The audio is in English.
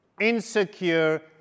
insecure